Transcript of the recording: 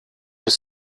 bis